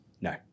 No